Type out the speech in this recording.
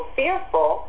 fearful